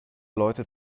leute